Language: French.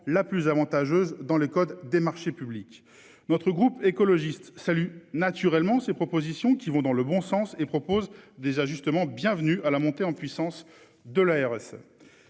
la plus avantageuse dans le code des marchés publics. Notre groupe écologiste salut naturellement ces propositions qui vont dans le bon sens et propose des ajustements bienvenue à la montée en puissance de l'ARS.